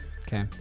Okay